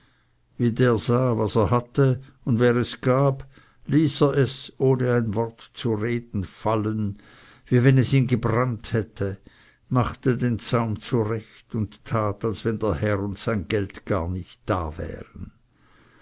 der sah was er hatte und wer es gab ließ er es ohne ein wort zu reden fallen wie wenn es ihn gebrannt hätte machte den zaum zurecht und tat als wenn der herr und sein geld gar nicht da wären